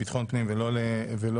ומשפט.